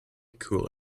cool